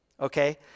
Okay